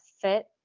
fit